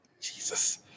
Jesus